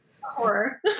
horror